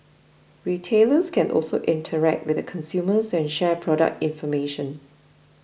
retailers can also interact with the consumers and share product information